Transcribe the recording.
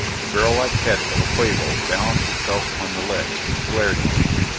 the barrel-like head of a quabo balanced itself on the ledge and glared at us.